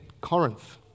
Corinth